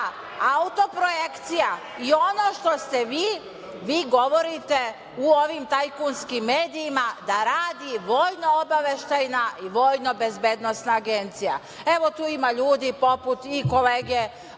autoprojekcija i ono što ste vi, vi govorite u ovim tajkunskim medijima da radi Vojno-obaveštajna i Vojno-bezbednosna agencija. Evo, tu ima ljudi, poput kolege